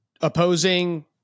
opposing